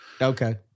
Okay